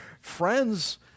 friends